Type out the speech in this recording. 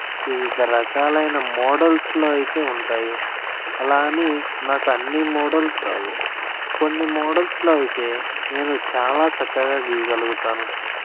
వివిధ రకాలైన మోడల్స్లో అయితే ఉంటాయి అలా అని నాకు అన్ని మోడల్స్ రావు కొన్ని మోడల్స్లో అయితే నేను చాలా చక్కగా గీయగలుగుతాను